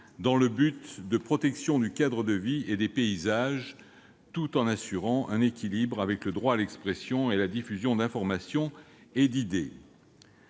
dans un but de protection du cadre de vie et des paysages, tout en assurant un équilibre avec le droit à l'expression et à la diffusion d'informations et d'idées.